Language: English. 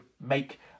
make